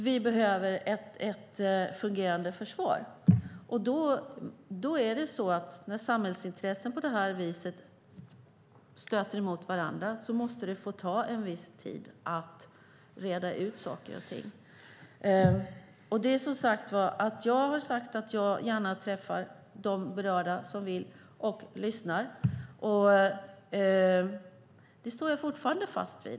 Vi behöver ett fungerande försvar. När samhällsintressen på det sättet stöter emot varandra måste det få ta en viss tid att reda ut saker och ting. Jag träffar gärna berörda och lyssnar på dem. Det står jag fortfarande fast vid.